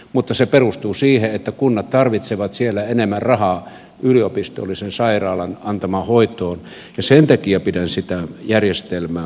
mutta se perustuu siihen että kunnat tarvitsevat siellä enemmän rahaa yliopistollisen sairaalan antamaan hoitoon ja sen takia pidän sitä järjestelmää oikeudenmukaisena